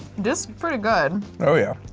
this pretty good. oh yeah.